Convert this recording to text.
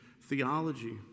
theology